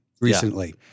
recently